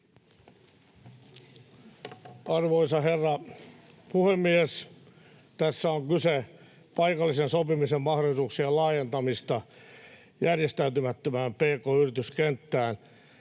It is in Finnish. Arvoisa herra puhemies! Tässä on kyse paikallisen sopimisen mahdollisuuksien laajentamisesta järjestäytymättömään pk-yrityskenttään.